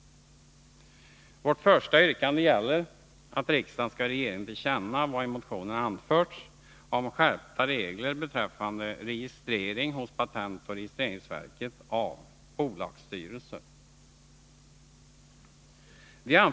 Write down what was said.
Vårt första yrkande gäller förslaget att riksdagen skall ge regeringen till känna vad i motionen anförs om skärpta regler beträffande registrering hos patentoch registreringsverket av bolagsstyrelsen.